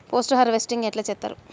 Post harvesting ఎట్ల చేత్తరు?